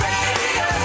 Radio